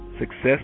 Success